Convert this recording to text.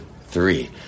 three